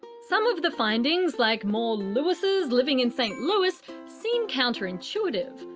some of the findings like more louises living in st louis seem counterintuitive,